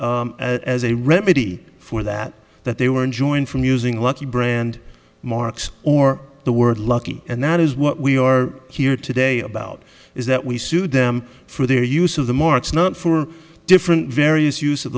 as a remedy for that that they were enjoined from using lucky brand marks or the word lucky and that is what we are here today about is that we sued them for their use of the marks not for different various use of